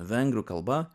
vengrų kalba